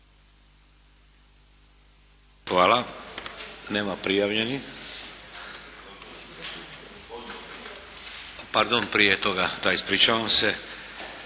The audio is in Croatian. Hvala. Nema prijavljenih. Pardon, prije toga, ispričavam se,